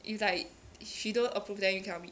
if like she don't approve then you cannot meet